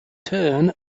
turn